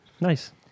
Nice